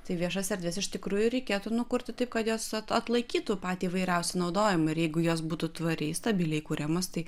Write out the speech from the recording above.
tai viešas erdves iš tikrųjų reikėtų nu kurti taip kad jos atlaikytų patį įvairiausią naudojamą ir jeigu jos būtų tvariai stabiliai kuriamos tai